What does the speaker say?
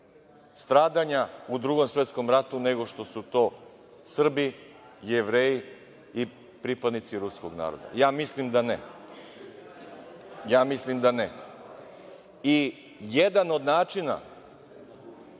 stradanja u Drugom svetskom ratu nego što su to Srbi, Jevreji i pripadnici ruskog naroda? Ja mislim da ne. Jedan od načina